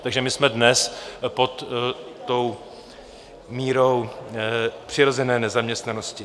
Takže my jsme dnes pod mírou přirozené nezaměstnanosti.